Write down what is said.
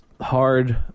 hard